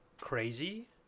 crazy